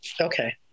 Okay